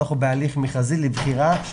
אנחנו בהליך מכרזי לבחירה.